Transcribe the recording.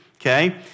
okay